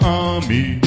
army